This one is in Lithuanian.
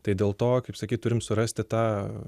tai dėl to kaip sakyt turim surasti tą